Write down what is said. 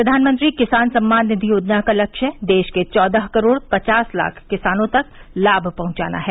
प्रधानमंत्री किसान सम्मान निधि योजना का लक्ष्य देश के चौदह करोड़ पचास लाख किसानों तक लाभ पहुंचाना है